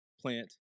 plant